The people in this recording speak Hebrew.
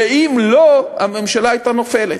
ואם לא, הממשלה הייתה נופלת,